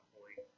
point